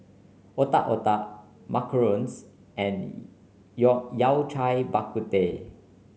Otak Otak Macarons and Yao Cai Bak Kut Teh